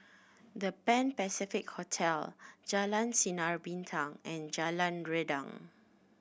The Pan Pacific Hotel Jalan Sinar Bintang and Jalan Rendang